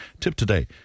tiptoday